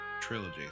trilogy